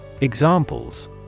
Examples